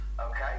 Okay